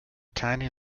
tiny